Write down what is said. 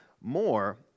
more